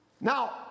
now